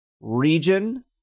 region